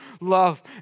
love